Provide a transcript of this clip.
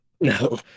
No